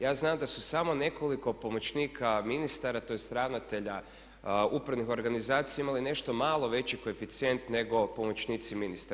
Ja znam da su samo nekoliko pomoćnika ministara tj. ravnatelja upravnih organizacija imali nešto malo veći koeficijent nego pomoćnici ministara.